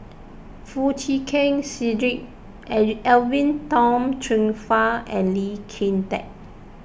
Foo Chee Keng Cedric Edwin Tong Chun Fai and Lee Kin Tat